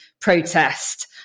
protest